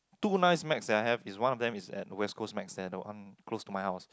two nice snacks that I have is one of them is at West-Coast Macs the other one close to my house